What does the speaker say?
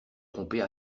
tromper